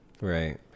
right